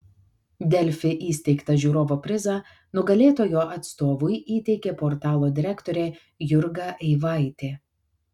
delfi įsteigtą žiūrovo prizą nugalėtojo atstovui įteikė portalo direktorė jurga eivaitė